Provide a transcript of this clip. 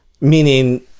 Meaning